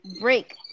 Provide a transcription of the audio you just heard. break